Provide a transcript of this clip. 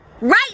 Right